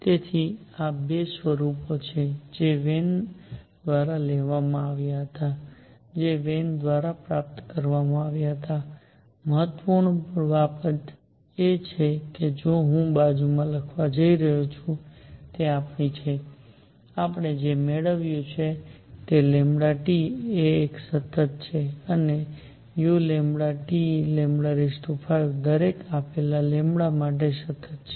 તેથી આ 2 સ્વરૂપો છે જે વેન દ્વારા લેવામાં આવ્યા છે જે વેન દ્વારા પ્રાપ્ત કરવામાં આવ્યા છે મહત્વપૂર્ણ બાબત જે હું બાજુમાં લખવા જઈ રહ્યો છું તે આપણી છે આપણે જે મેળવ્યું છે તે છે T એ એક સતત અને u 5 દરેક આપેલા માટે સતત છે